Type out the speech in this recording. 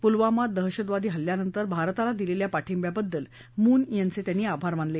पुलवामा दहशतवादी हल्ल्यानंतर भारताला दिलेल्या पाठिंब्याबद्दल मून यांचे त्यांनी आभार मानले